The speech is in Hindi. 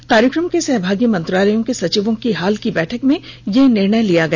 इस कार्य क्रम के सहभागी मंत्रालयों के सचिवों की हाल की बैठक में यह निर्णय लिया गया